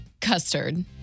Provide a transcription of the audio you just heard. custard